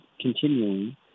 continuing